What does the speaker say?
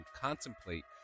contemplate